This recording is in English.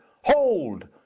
hold